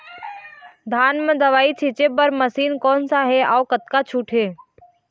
धान म दवई छींचे बर मशीन कोन सा हे अउ कतका छूट हे?